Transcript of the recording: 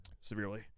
Severely